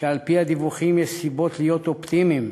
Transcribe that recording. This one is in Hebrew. ועל-פי הדיווחים יש סיבות להיות אופטימיים